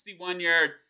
61-yard